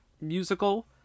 musical